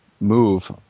move